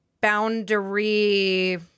boundary